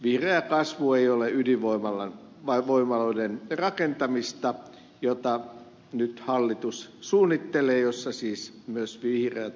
vihreä kasvu ei ole ydinvoimaloiden rakentamista jota nyt suunnittelee hallitus jossa siis myös vihreät ovat mukana